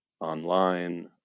online